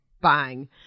bang